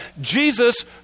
Jesus